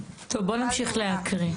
טוב, בואו נמשיך להקריא.